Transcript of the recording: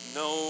no